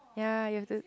ya you have to